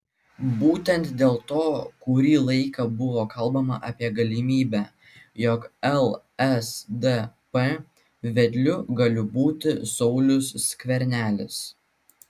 būtent dėl to kurį laiką buvo kalbama apie galimybę jog lsdp vedliu galiu būti saulius skvernelis